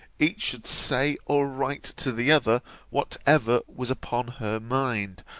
each should say or write to the other whatever was upon her mind,